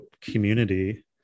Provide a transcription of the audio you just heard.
community